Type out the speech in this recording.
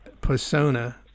persona